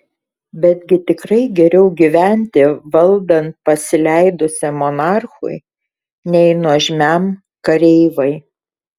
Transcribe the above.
betgi tikrai geriau gyventi valdant pasileidusiam monarchui nei nuožmiam kareivai